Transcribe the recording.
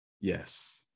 yes